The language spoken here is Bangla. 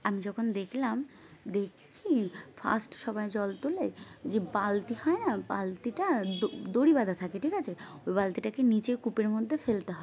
আমি যখন দেখলাম দেখি কি ফার্স্ট সবাই জল তোলে যে বালতি হয় না বালতিটা দ দড়ি বাঁধা থাকে ঠিক আছে ওই বালতিটাকে নিচে কূপের মধ্যে ফেলতে হয়